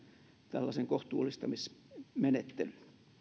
tällaisen kohtuullistamismenettelyn